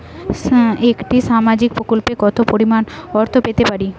একটি সামাজিক প্রকল্পে কতো পরিমাণ অর্থ পেতে পারি?